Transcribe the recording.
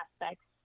aspects